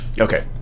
Okay